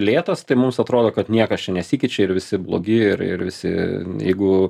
lėtas tai mums atrodo kad niekas čia nesikeičia ir visi blogi ir ir visi jeigu